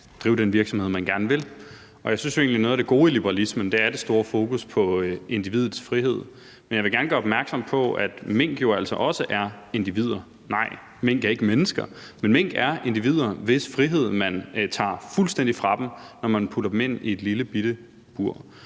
drive den virksomhed, man gerne vil. Og jeg synes jo egentlig, at noget af det gode i liberalismen er det store fokus på individets frihed. Men jeg vil gerne gøre opmærksom på, at mink jo altså også er individer. Nej, mink er ikke mennesker, men mink er individer, hvis frihed man tager fuldstændig fra dem, når man putter dem ind i et lillebitte bur.